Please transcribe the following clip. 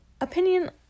opinion